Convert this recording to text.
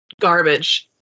garbage